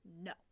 no